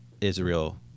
Israel